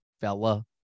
fella